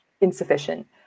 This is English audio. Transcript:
insufficient